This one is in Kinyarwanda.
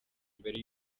mbere